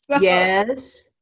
Yes